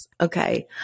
Okay